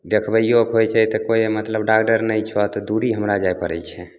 देखबैयोके होइत छै तऽ कोइ मतलब डाग्डरे नहि छौ तऽ दूरी हमरा जाए पड़ैत छै